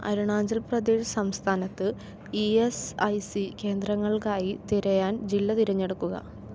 അരുണാചൽ പ്രദേശ് സംസ്ഥാനത്ത് E S I C കേന്ദ്രങ്ങൾക്കായി തിരയാൻ ജില്ല തിരഞ്ഞെടുക്കുക